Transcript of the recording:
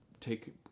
take